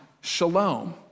shalom